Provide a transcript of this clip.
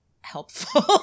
helpful